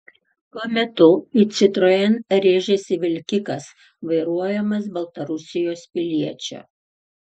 tuo metu į citroen rėžėsi vilkikas vairuojamas baltarusijos piliečio